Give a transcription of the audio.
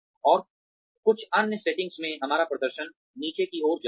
और कुछ अन्य सेटिंग में हमारा प्रदर्शन नीचे की ओर जाता है